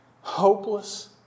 hopeless